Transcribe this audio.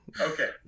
Okay